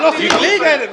אתה לא סתם מדבר --- גליק,